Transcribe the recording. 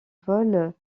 vols